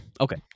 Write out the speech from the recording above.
okay